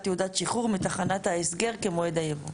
תעודת שחרור מתחנת ההסגר כמועד היבוא.